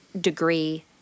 degree